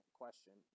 question